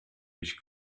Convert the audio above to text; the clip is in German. ich